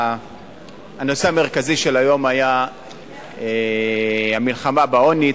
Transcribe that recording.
הנושא המרכזי של היום היה המלחמה בעוני,